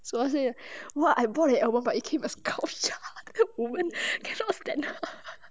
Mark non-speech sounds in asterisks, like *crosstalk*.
sua say !whoa! I bought eh but it came as couch *laughs* 我们 cannot her *laughs*